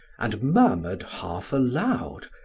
and murmured half aloud,